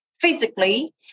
physically